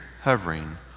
hovering